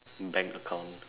bank account